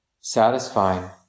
satisfying